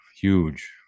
huge